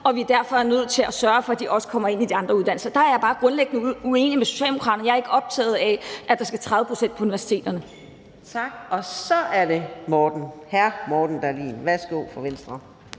og at vi derfor er nødt til at sørge for, at de også kommer ind på de andre uddannelser. Der er jeg bare grundlæggende uenig med Socialdemokraterne. Jeg er ikke optaget af, at 30 pct. skal på universitetet. Kl. 13:42 Fjerde næstformand (Karina Adsbøl):